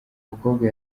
mukobwa